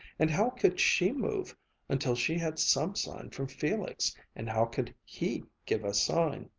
and how could she move until she had some sign from felix and how could he give a sign?